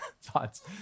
thoughts